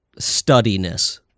studiness